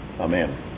Amen